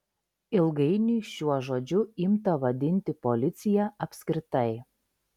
ilgainiui šiuo žodžiu imta vadinti policiją apskritai